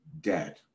dead